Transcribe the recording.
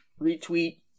retweet